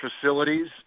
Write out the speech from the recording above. facilities